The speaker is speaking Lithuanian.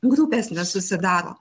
grupės nesusidaro